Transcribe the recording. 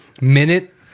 minute